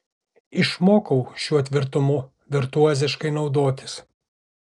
išmokau šiuo tvirtumu virtuoziškai naudotis